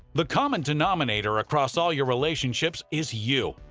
the common denominator across all your relationships is you.